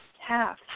Half